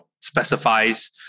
specifies